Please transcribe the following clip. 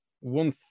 one